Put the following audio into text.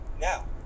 Now